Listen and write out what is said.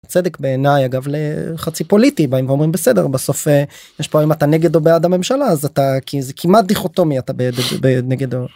צדק בעיניי אגב לחצי פוליטי בהם אומרים בסדר בסופה יש פה אם אתה נגד או בעד הממשלה אז אתה כי זה כמעט דיכוטומי אתה בעד נגדו.